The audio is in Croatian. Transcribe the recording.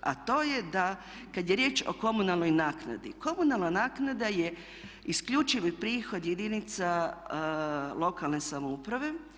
a to je da kada je riječ o komunalnoj naknadi, komunalna naknada je isključivi prihod jedinca lokalne samouprave.